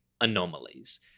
anomalies